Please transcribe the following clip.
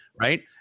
right